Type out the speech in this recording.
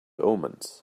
omens